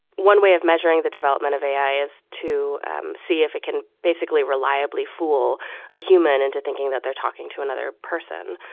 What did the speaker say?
one way of measuring the development of ai is to see if it can basically reliably fool a human into thinking that they're talking to another person.